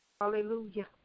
Hallelujah